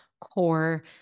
core